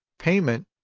payment,